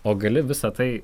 o gali visa tai